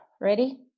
ready